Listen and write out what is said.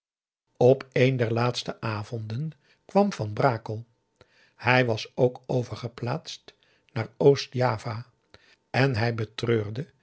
op een der laatste avonden kwam van brakel hij was ook overgeplaatst naar oost java en hij betreurde